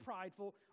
prideful